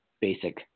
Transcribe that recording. basic